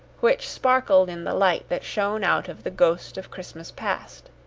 which sparkled in the light that shone out of the ghost of christmas past.